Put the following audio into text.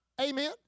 Amen